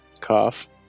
cough